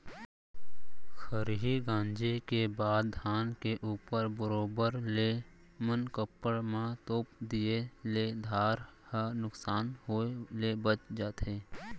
खरही गॉंजे के बाद धान के ऊपर बरोबर ले मनकप्पड़ म तोप दिए ले धार ह नुकसान होय ले बॉंच जाथे